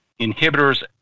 inhibitors